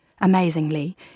Amazingly